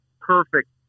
perfect